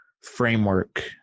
framework